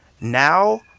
Now